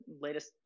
latest